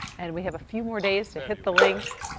and we have a few more days to hit the links.